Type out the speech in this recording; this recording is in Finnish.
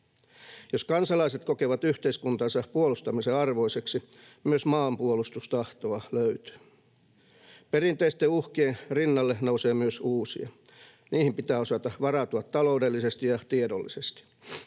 Jos kansalaiset kokevat yhteiskuntansa puolustamisen arvoiseksi, myös maanpuolustustahtoa löytyy. Perinteisten uhkien rinnalle nousee myös uusia. Niihin pitää osata varautua taloudellisesti ja tiedollisesti.